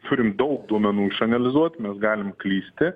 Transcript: turim daug duomenų išanalizuot mes galime klysti